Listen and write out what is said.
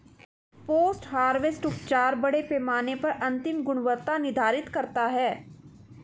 post harvest उपचार बड़े पैमाने पर अंतिम गुणवत्ता निर्धारित करता है